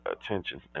attention